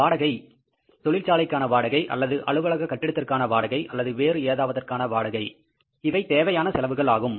வாடகை தொழிற்சாலைக்கான வாடகை அல்லது அலுவலக கட்டிடத்திற்கான வாடகை அல்லது வேறு ஏதாவதற்கான வாடகை இவை தேவையான செலவுகள் ஆகும்